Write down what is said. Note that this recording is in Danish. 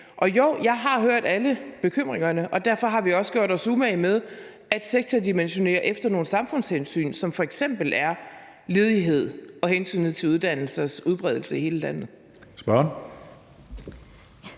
Jo, jeg har hørt alle bekymringerne, og derfor har vi også gjort os umage med at sektordimensionere efter nogle samfundshensyn, som f.eks. er ledighed og hensynet til uddannelsers udbredelse i hele landet.